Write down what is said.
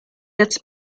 jetzt